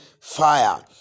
fire